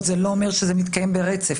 וזה לא אומר שזה מתקיים ברצף.